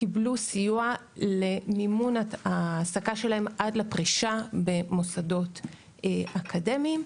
קיבלו סיוע למימון ההעסקה שלהם עד לפרישה במוסדות אקדמיים,